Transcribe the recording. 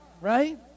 Right